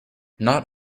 not